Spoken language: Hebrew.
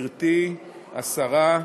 גברתי השרה,